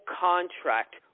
contract